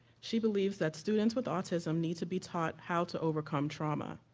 she believes that students with autism need to be taught how to overcome trauma.